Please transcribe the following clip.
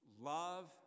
love